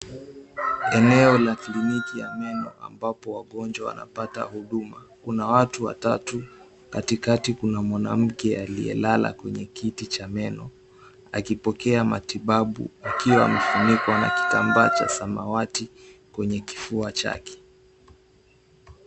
Eneo la kliniki ya meno ambapo wagonjwa wanapata huduma. Kuna watu watatu, katikati kuna mwanamke aliyelala kwenye kiti cha meno akipokea matibabu, akiwa amefunikwa na kitambaa cha samawati kwenye kifua chake.